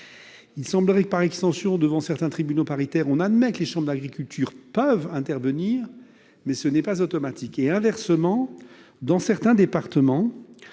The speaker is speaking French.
Il semblerait que, par extension, devant certains tribunaux paritaires, on admette que les chambres d'agriculture puissent intervenir, mais ce n'est pas automatique. Inversement, dans certains départements,